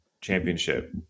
Championship